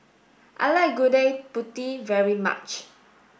I like Gudeg Putih very much